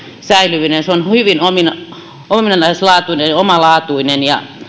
säilyminen se on hyvin omalaatuinen